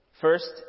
First